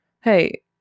hey